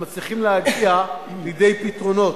הם מצליחים להגיע לידי פתרונות,